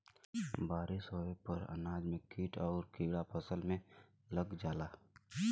बारिस होये पर अनाज में कीट आउर कीड़ा फसल में लग जाला